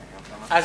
לוועדה.